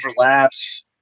overlaps